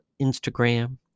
Instagram